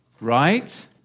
right